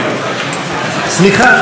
צודקת מזכירת הכנסת.